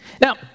Now